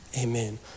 Amen